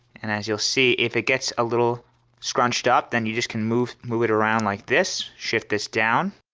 and as you'll see if it gets a little scrunched up then you just can move move it around like this. shift this down